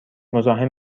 مزاحم